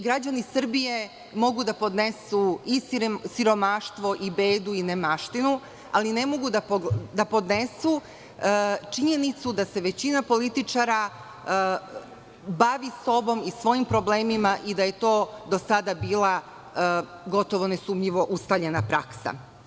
Građani Srbije mogu da podnesu i siromaštvo, i bedu i nemaštinu, ali ne mogu da podnesu činjenicu da se većina političara bavi sobom i svojim problemima i da je to do sada bila gotovo nesumnjivo ustaljena praksa.